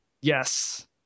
Yes